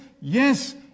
yes